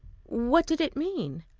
what did it mean?